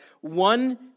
one